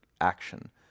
action